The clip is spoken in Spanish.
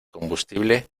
combustible